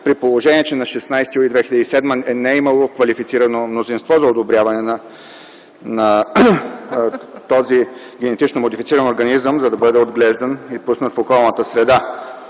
при положение, че на 16 юли 2007 г. не е имало квалифицирано мнозинство за одобряване на този генетично модифициран организъм, за да бъде отглеждан и пуснат в околната среда.